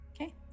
Okay